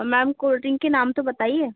ma'am cold drink के नाम तो बताइए